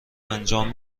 انجام